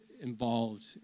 involved